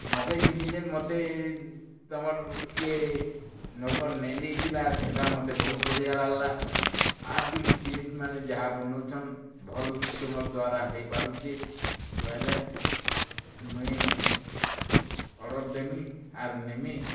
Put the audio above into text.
ମଗେଇଥିନି ଯେନ୍ ମତେ ତମର୍ ଇଏ ନକର୍ ନେ ନେଇ ଥିଲା ସେଟା ମତେ ବହୁତ ବଢ଼ିଆ ଲାଗ୍ଲା ଆ ବି ଜିନିଷ୍ମାନେ ଯାହା ବନଉଛନ୍ ଭଲ୍ ତୁମର୍ ଦ୍ଵାରା ହୋଇପାରୁଛି ବୋଇଲେ ମୁଇଁ ଅର୍ଡ଼ର୍ ଦେମି ଆର୍ ନେମି